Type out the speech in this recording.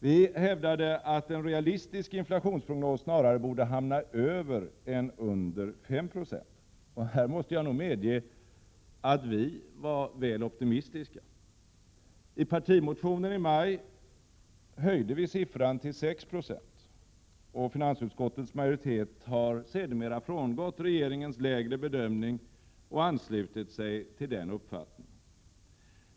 Vi hävdade att en realistisk inflationsprognos snarare borde hamna över än under 5 96. Här måste jag nog medge att vi var väl optimistiska. I partimotionen i maj höjde vi siffran till 6 20, och finansutskottets majoritet har sedermera frångått regeringens lägre bedömning och anslutit sig till den uppfattningen.